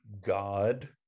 God